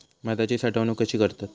भाताची साठवूनक कशी करतत?